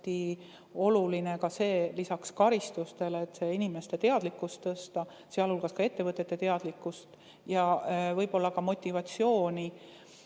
oluline lisaks karistustele ka inimeste teadlikkust tõsta, sealhulgas ka ettevõtete teadlikkust, ja võib-olla ka motivatsiooni